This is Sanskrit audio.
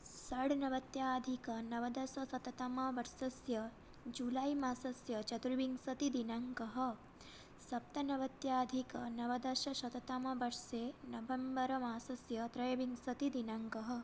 षड्नवत्याधिक नवदशशततमवर्षस्य जुलै मासस्य चतुर्विंशतिदिनाङ्कः सप्तनवत्याधिक नवदशशततमवर्षे नवेम्बर् मासस्य त्रयविंशतिदिनाङ्कः